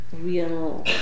real